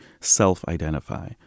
self-identify